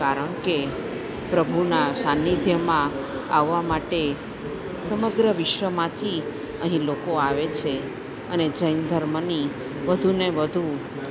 કારણ કે પ્રભુનાં સાંનિધ્યમાં આવવા માટે સમગ્ર વિશ્વમાંથી અહીં લોકો આવે છે અને જૈન ધર્મની વધુને વધુ